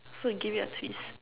so you give it a twist